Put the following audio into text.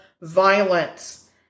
violence